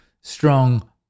Strong